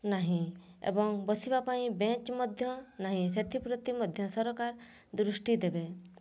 ନାହିଁ ଏବଂ ବସିବାପାଇଁ ବେଞ୍ଚ୍ ମଧ୍ୟ ନାହିଁ ସେଥିପ୍ରତି ମଧ୍ୟ ସରକାର ଦୃଷ୍ଟି ଦେବେ